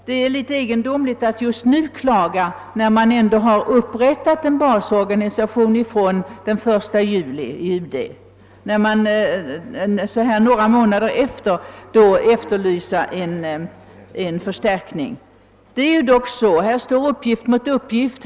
Det är litet egendomligt att just nu några månader efteråt framföra klagomål och efterlysa förstärkning, när man ändå i UD från och med 1 juli upprättat en basorganisation. Här står uppgift mot uppgift.